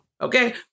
Okay